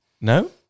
No